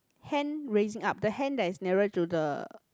hand raising up the hand that is nearer to the